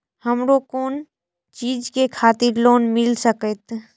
हमरो कोन चीज के खातिर लोन मिल संकेत?